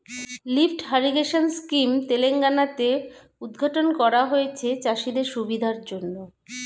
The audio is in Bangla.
লিফ্ট ইরিগেশন স্কিম তেলেঙ্গানা তে উদ্ঘাটন করা হয়েছে চাষিদের সুবিধার জন্যে